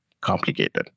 complicated